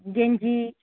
গেঞ্জি